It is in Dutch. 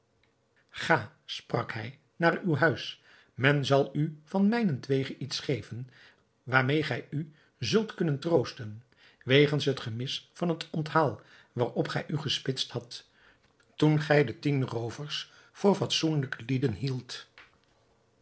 ga sprak hij naar uw huis men zal u van mijnentwege iets geven waarmede gij u zult kunnen troosten wegens het gemis van het onthaal waarop gij u gespitst hadt toen gij de tien roovers voor fatsoenlijke lieden hieldt